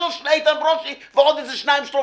בסיועו של איתן ברושי עוד איזה שניים-שלושה,